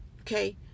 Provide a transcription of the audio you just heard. okay